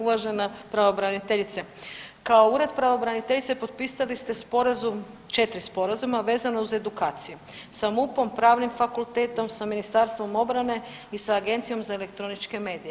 Uvažena pravobraniteljice, kao Ured pravobraniteljice potpisali ste sporazum, 4 sporazuma vezano uz edukacije sa MUP-om, Pravnim fakultetom sa Ministarstvom obrane i sa Agencijom za elektroničke medije.